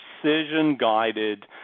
precision-guided